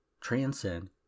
transcend